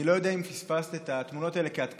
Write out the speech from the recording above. אני לא יודע אם פספסת את התמונות האלה, כי את כאן,